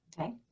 Okay